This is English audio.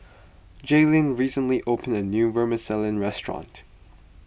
Jaelyn recently opened a new Vermicelli restaurant